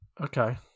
Okay